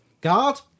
Guard